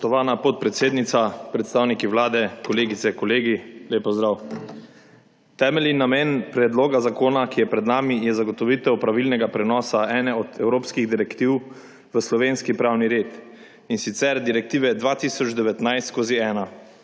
Spoštovana podpredsednica, predstavniki Vlade, kolegice, kolegi, lep pozdrav! Temeljni namen predloga zakona, ki je pred nami, je zagotovitev pravilnega prenosa ene od evropskih direktiv v slovenski pravni red, in sicer Direktive 2019/1.